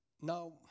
Now